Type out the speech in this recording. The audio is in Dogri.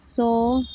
सौ